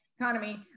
Economy